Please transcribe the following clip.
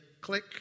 click